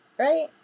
Right